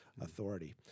authority